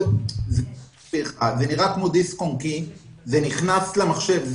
זה נראה כמו דיסק-און-קי שנכנס למחשב,